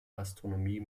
astronomie